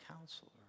counselor